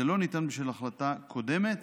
זה לא ניתן בשל החלטה קודמת